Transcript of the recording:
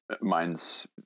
mine's